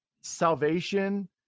salvation